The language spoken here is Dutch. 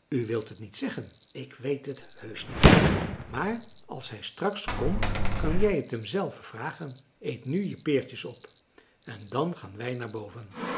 u wil t niet zeggen ik weet het heusch niet cleo maar als hij straks komt kan jij t hem zelve vragen eet nu je peertjes op en dan gaan wij naar boven